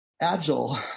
Agile